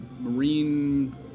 marine